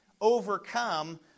overcome